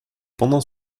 pendant